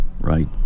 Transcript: Right